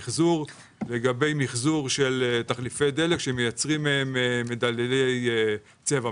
לגבי מחזור של תחליפי דלק שמייצרים מדללי צבע.